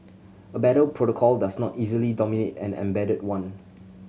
a better protocol does not easily dominate an embedded one